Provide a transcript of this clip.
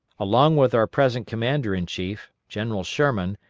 along with our present commander-in-chief, general sherman,